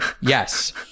Yes